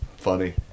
funny